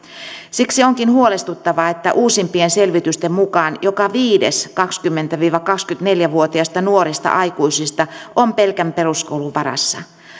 siksi onkin huolestuttavaa että uusimpien selvitysten mukaan joka viides kaksikymmentä viiva kaksikymmentäneljä vuotiaista nuorista aikuisista on pelkän peruskoulun varassa